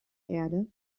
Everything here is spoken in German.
erde